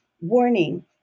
warning